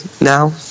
now